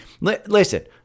listen